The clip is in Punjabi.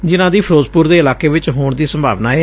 ਜਿਨੂਾਂ ਦੀ ਫਿਰੋਜ਼ਪੁਰ ਦੇ ਇਲਾਕੇ ਵਿਚ ਹੋਣ ਦੀ ਸੰਭਾਵਨਾ ਏ